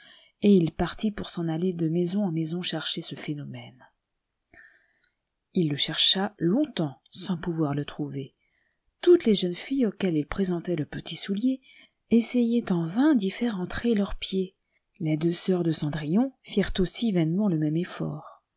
et il partit pour s'en aller de maison en maison chercher ce phénomène il le chercha longtemps sans pouvoir le trouver toutes les jeunes filles auxquelles il présentait le petit soulier essayaient en vain d'y faire entrer leur pied les deux sœurs de cendrillon firent aussi vainement le même eflbrt